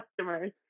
customers